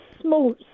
small